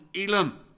Elam